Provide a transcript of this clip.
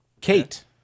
Kate